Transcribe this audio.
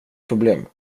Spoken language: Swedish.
problem